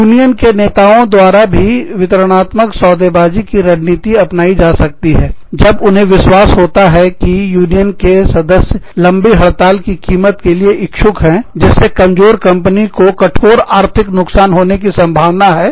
union के नेताओं द्वारा भी वितरणात्मक सौदेबाजी सौदाकारी की रणनीति अपनाई जा सकती है जब उन्हें विश्वास होता है कि यूनियन के सदस्य लंबी हड़ताल की कीमत के लिए इच्छुक है जिससे कमजोर कंपनी को कठोर आर्थिक नुकसान होने की संभावना है